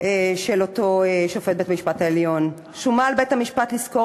מדברי שופט בית-המשפט העליון עמית: "שומה על בית-המשפט לזכור